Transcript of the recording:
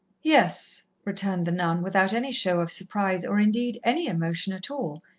yes, returned the nun, without any show of surprise or indeed, any emotion at all,